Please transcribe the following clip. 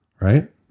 right